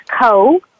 Co